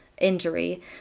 injury